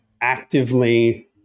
actively